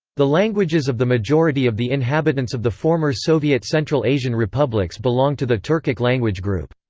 the languages of the majority of the inhabitants of the former soviet central asian republics belong to the turkic language group.